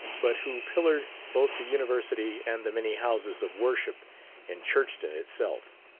but who pillared both the university and the many houses of worship in churchton itself.